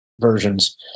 versions